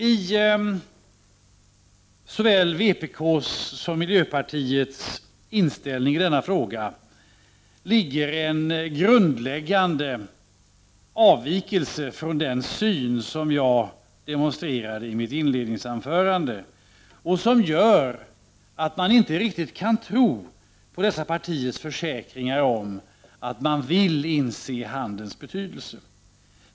I såväl vpk:s som miljöpartiets inställning i denna fråga ligger en grundläggande avvikelse från den syn som jag demonstrerade i mitt inledningsanförande, vilket gör att man inte riktigt kan tro på dessa partiers försäkringar om att de vill inse handelns betydelse.